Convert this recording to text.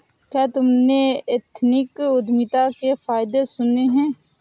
क्या तुमने एथनिक उद्यमिता के फायदे सुने हैं?